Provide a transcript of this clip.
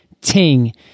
Ting